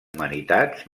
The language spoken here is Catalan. humanitats